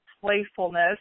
playfulness